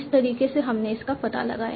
इस तरीके से हमने इसका पता लगाया